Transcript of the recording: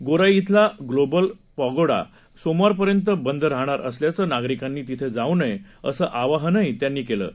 गोराई खेला ग्लोबल पॅगोडाही सोमवारपर्यंत बंद राहणार असल्यानं नागरिकांनी तिथं जाऊ नये असं आवाहनही त्यांनी केलं आहे